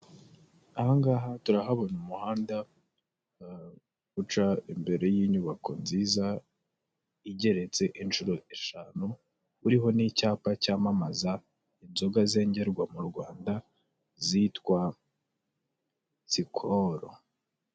Aha ngaha turahabona umuhanda, uca imbere y'inyubako nziza, igeretse inshuro eshanu, uriho n'icyapa cyamamaza inzoga zengerwa mu Rwanda, zitwa sikoro.